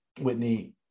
Whitney